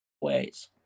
ways